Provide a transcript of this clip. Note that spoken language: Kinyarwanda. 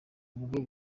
ubwo